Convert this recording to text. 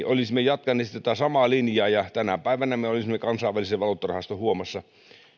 olisimme jatkaneet sitä samaa linjaa tänä päivänä me olisimme kansainvälisen valuuttarahaston huomassa